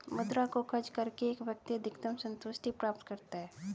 मुद्रा को खर्च करके एक व्यक्ति अधिकतम सन्तुष्टि प्राप्त करता है